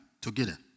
together